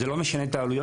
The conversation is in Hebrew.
זה לא משנה את העלויות.